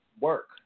work